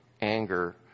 anger